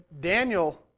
Daniel